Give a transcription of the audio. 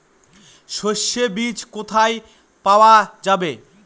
সর্ষে বিজ কোথায় পাওয়া যাবে?